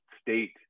state